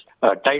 Tight